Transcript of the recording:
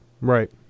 Right